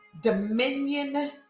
dominion